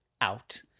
out